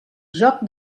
joc